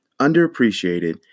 underappreciated